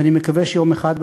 ואני מקווה שיום אחד,